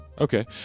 Okay